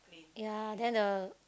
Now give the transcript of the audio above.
ya then a